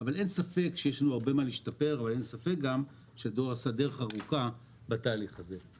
אבל אין ספק שהדואר עשה דרך ארוכה בתהליך הזה.